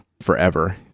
forever